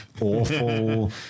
Awful